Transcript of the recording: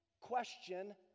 question